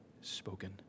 spoken